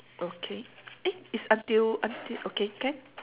okay eh it's until until okay can